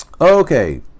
Okay